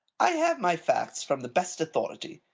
i have my facts from the best authority.